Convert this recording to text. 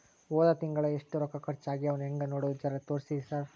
ಹೊದ ತಿಂಗಳ ಎಷ್ಟ ರೊಕ್ಕ ಖರ್ಚಾ ಆಗ್ಯಾವ ಹೆಂಗ ನೋಡದು ಜರಾ ತೋರ್ಸಿ ಸರಾ?